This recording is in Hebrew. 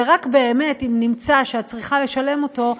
ורק באמת אם נמצא שאת צריכה לשלם אותו,